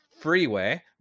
freeway